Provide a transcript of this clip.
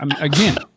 again